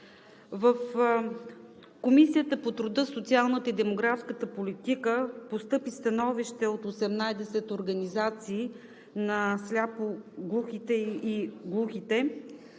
В Комисията по труда, социалната и демографската политика постъпи становище от 18 организации на сляпо-глухите и глухите